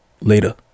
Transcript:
later